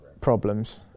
problems